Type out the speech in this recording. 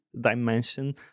dimension